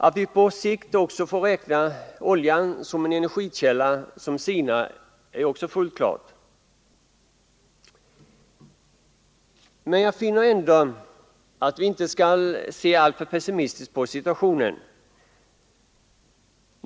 Att vi på sikt också får räkna oljan som en energikälla som sinar är fullt klart. Men jag finner ändå att vi inte skall se alltför pessimistiskt på situationen.